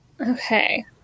Okay